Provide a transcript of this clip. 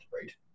right